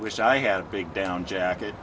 wish i had a big down jacket